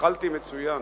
אכלתי מצוין.